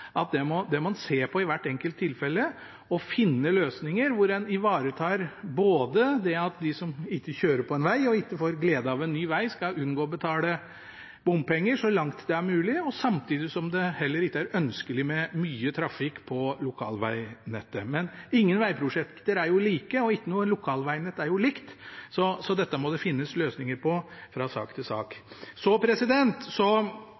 at det må en se på i hvert enkelt tilfelle og finne løsninger hvor en ivaretar dem som ikke kjører på og ikke får glede av en ny veg, slik at de unngår å betale bompenger – så langt det er mulig, samtidig som det heller ikke er ønskelig med mye trafikk på lokalvegnettet. Men ingen vegprosjekter er like, og ikke noen lokalvegnett er like, så dette må det finnes løsninger på fra sak til